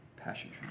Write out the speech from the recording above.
Passion